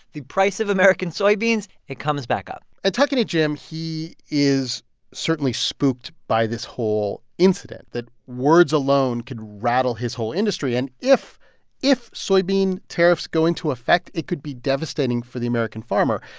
the price of american soybeans it comes back up and talking to jim, he is certainly spooked by this whole incident that words alone could rattle his whole industry. and if if soybean tariffs go into effect, it could be devastating for the american farmer.